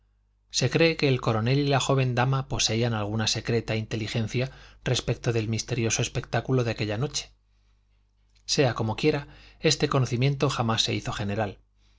se cree que el coronel y la joven dama poseían alguna secreta inteligencia respecto del misterioso espectáculo de aquella noche sea como quiera este conocimiento jamás se hizo general